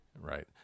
Right